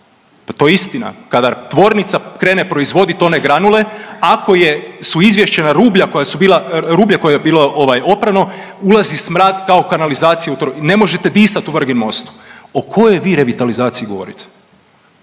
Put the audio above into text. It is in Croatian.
Da to istina, kada tvornica krene proizvodit one granule, ako je su izvješena rublja koja su bila, rublje koje je bilo ovaj oprano ulazi smrad kao kanalizacija u to, vi ne možete disat u Vrginmostu. O kojoj vi revitalizaciji govorite.